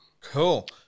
Cool